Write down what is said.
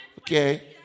Okay